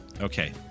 Okay